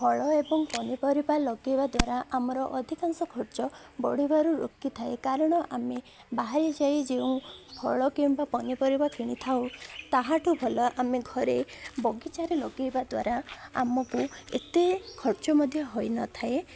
ଫଳ ଏବଂ ପନିପରିବା ଲଗେଇବା ଦ୍ୱାରା ଆମର ଅଧିକାଂଶ ଖର୍ଚ୍ଚ ବଢ଼ିବାରୁ ରୋକିଥାଏ କାରଣ ଆମେ ବାହାରେ ଯାଇ ଯେଉଁ ଫଳ କିମ୍ବା ପନିପରିବା କିଣିଥାଉ ତାହାଠୁ ଭଲ ଆମେ ଘରେ ବଗିଚାରେ ଲଗେଇବା ଦ୍ୱାରା ଆମକୁ ଏତେ ଖର୍ଚ୍ଚ ମଧ୍ୟ ହୋଇନଥାଏ